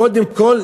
קודם כול,